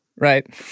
right